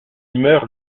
meurt